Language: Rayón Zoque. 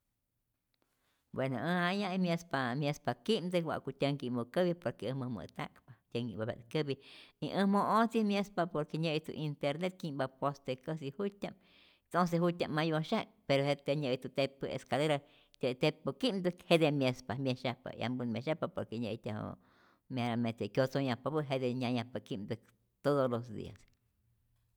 Bueno äj jaya'i myespa myespa ki'mtäk wa'ku tyänhki'mu käpi, por que äj mäjmä't ta'kpa, tyänki'mapya't käpi y äj mo'ojti myespa por que nyä'ijtu internet, kyi'mpa postekäsi, jut'tya'p no se jutya'p ma yosyaje' pero jejtzye nyä'ijtu tepä escalera, je tepä ki'mtäk jete myespa myesyajpa, yampän myesyajpa por que nyä'ijtyaju meramente kyotzonhyajpapä'i, jete nyayajpa ki'mtäk todos los dias.